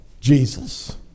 Jesus